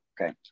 okay